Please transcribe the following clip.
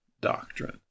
doctrine